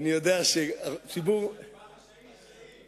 הצבעה חשאית,